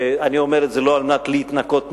ואני אומר את זה לא על מנת להתנקות מאחריות,